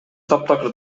таптакыр